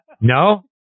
no